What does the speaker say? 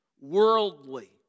worldly